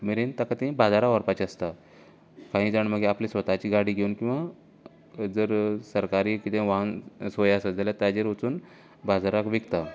मेरेन ताका ती बाजारांत व्हरपाची आसता कांय जाण मागीर आपली स्वताची गाडी घेवन किंवां जर सरकारी कितें वाहन सोय आसा जाल्यार ताचेर वचून बाजारांत विकतात